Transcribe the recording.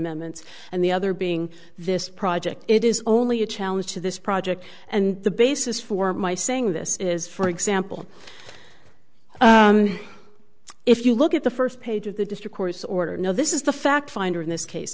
s and the other being this project it is only a challenge to this project and the basis for my saying this is for example if you look at the first page of the district court's order now this is the fact finder in this case